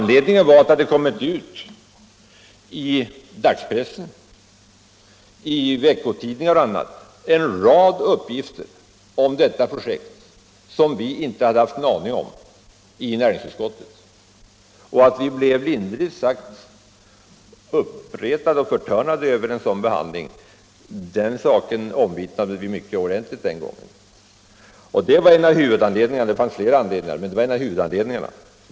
Anledningen till att vi begärde återremiss var att det i dagspressen, i veckotidningar och på andra håll förekommit en rad uppgifter om detta projekt som vi i näringsutskottet inte hade haft en aning om. Vi blev lindrigt sagt uppretade och förtörnade över en sådan behandling, den saken omvittnade vi mycket ordentligt den gången. Det fanns flera anledningar till att vi begärde återremiss, men detta var huvudanledningen.